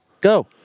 Go